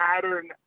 pattern